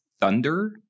thunder